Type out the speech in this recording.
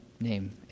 name